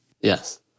Yes